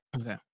Okay